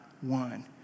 one